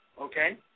okay